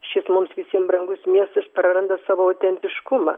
šis mums visiem brangus miestas praranda savo autentiškumą